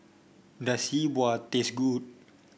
does Yi Bua taste good